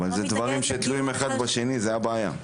אבל אלה דברים שתלויים אחד בשני, זאת הבעיה.